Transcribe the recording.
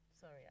Sorry